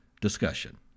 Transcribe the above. discussion